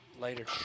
Later